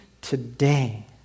Today